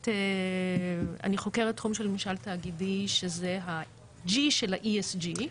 אני חוקרת תחום של ממשל תאגידי שזה ה-G של ה-ESG,